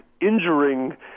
injuring